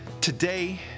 Today